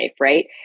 right